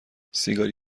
سیگاری